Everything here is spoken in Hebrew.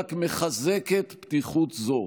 ורק מחזקת פתיחות זו.